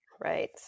Right